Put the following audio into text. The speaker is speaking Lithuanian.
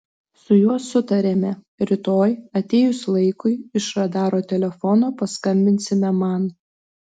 su juo sutarėme rytoj atėjus laikui iš radaro telefono paskambinsime man